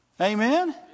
Amen